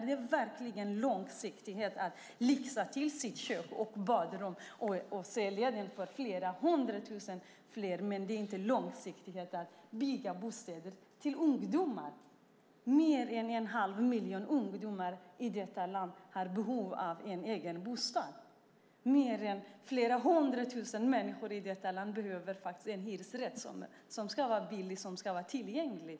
Är det verkligen långsiktighet att lyxa till sitt kök och badrum och sälja sin bostad för flera hundra tusen mer när det inte är långsiktighet att bygga bostäder till ungdomar? Mer än en halv miljon ungdomar i detta land har behov av en egen bostad. Flera hundra tusen människor i detta land behöver en hyresrätt som ska vara billig och tillgänglig.